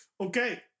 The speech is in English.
Okay